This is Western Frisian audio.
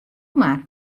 mar